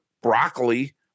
broccoli